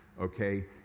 Okay